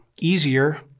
easier